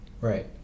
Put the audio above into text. Right